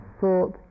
thought